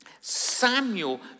Samuel